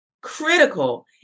critical